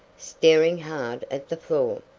staring hard at the floor.